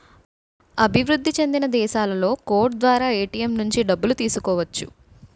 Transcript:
అభివృద్ధి చెందిన దేశాలలో కోడ్ ద్వారా ఏటీఎం నుంచి డబ్బులు తీసుకోవచ్చు